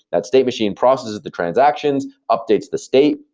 that state machine processes the transactions, updates the state,